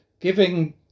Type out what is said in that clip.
giving